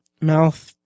mouth